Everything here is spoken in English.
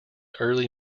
early